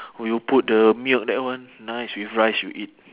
who you put the milk that one nice with rice you eat